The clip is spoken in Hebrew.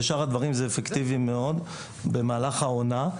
לשאר הדברים זה אפקטיבי מאוד במהלך העונה.